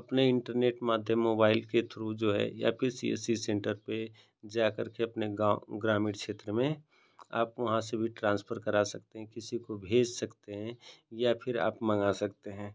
अपने इन्टरनेट माध्यम मोबाइल के थ्रू जो है या फिर सी एस सी सेन्टर पर जा करके अपने गाँव ग्रामीण क्षेत्र में आप वहाँ से भी ट्रान्सफ़र करा सकते हैं किसी को भेज सकते हैं या फिर आप मँगा सकते हैं